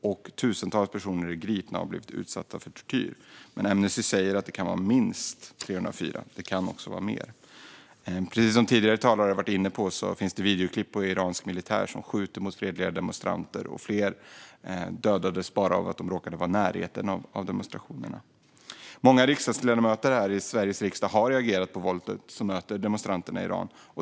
Det kan vara fler. Tusentals personer är gripna och har blivit utsatta för tortyr. Precis som tidigare talare var inne på finns det videoklipp på iransk militär som skjuter mot fredliga demonstranter. Flera dödades bara för att de råkade vara i närheten av demonstrationerna. Många ledamöter här i Sveriges riksdag har reagerat på våldet som möter demonstranterna i Iran.